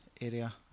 area